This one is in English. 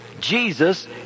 Jesus